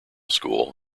school